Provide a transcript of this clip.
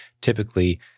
typically